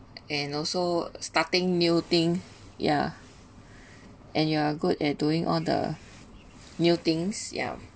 and also starting new thing yeah and you are good at doing all the new things yeah